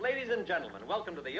ladies and gentlemen welcome to the